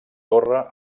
corre